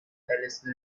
alice